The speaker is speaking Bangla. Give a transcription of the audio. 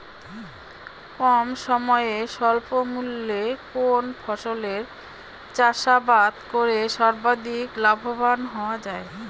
কম সময়ে স্বল্প মূল্যে কোন ফসলের চাষাবাদ করে সর্বাধিক লাভবান হওয়া য়ায়?